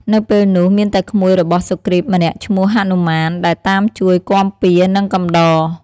នៅពេលនោះ មានតែក្មួយរបស់សុគ្រីបម្នាក់ឈ្មោះហនុមាន ដែលតាមជួយគាំពារ និងកំដរ ។